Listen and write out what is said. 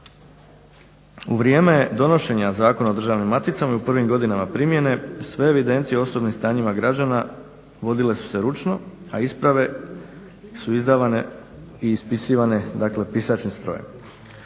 U vrijeme donošenja Zakona o državnim maticama i u prvim godinama primjene sve evidencije o osobnim stanjima građana vodile su se ručno, a isprave su izdavane i ispisivane, dakle pisaćim strojem.